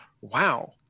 wow